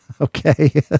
Okay